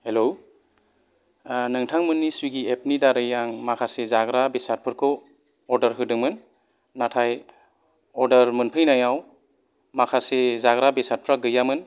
hello नोंथांमोननि सुइगि एपनि दारै आं माखासे जाग्रा बेसादफोरखौ अर्डार होदोंमोन नाथाय अर्डार मोनफैनायाव माखासे जाग्रा बेसादफ्रा गैयामोन